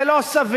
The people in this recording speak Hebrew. זה לא סביר,